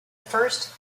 first